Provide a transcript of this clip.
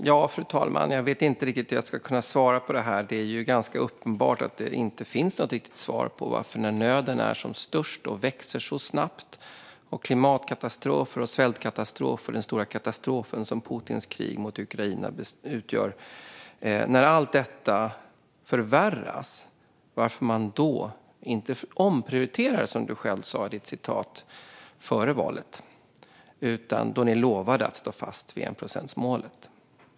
Fru talman! Jag vet inte riktigt hur jag ska kunna svara på detta. Det är ju ganska uppenbart att det inte finns något riktigt svar på frågan varför man när allt bara förvärras - när nöden är som störst och växer så snabbt och när vi ser klimatkatastrofer, svältkatastrofer samt den stora katastrof som Putins krig mot Ukraina utgör - inte omprioriterar, som du själv sa före valet, Hans Eklind. Då lovade ni att stå fast vid enprocentsmålet.